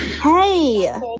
Hey